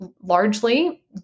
largely